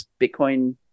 Bitcoin